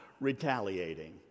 retaliating